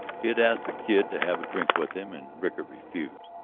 he had asked the kid to have a drink with him, and rickard refused.